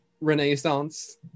Renaissance